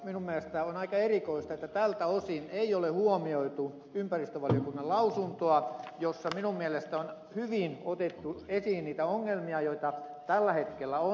minun mielestäni on aika erikoista että tältä osin ei ole huomioitu ympäristövaliokunnan lausuntoa jossa minun mielestäni on hyvin otettu esiin niitä ongelmia joita tällä hetkellä on